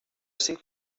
cinc